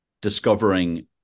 discovering